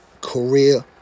career